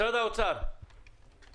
נעם דן, משרד האוצר, בבקשה.